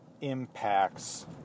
impacts